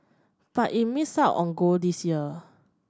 but it missed out on gold this year